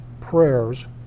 prayers